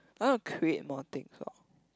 I want to create more things orh